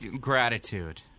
gratitude